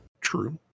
True